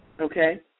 Okay